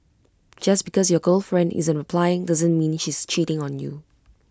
just because your girlfriend isn't replying doesn't mean she's cheating on you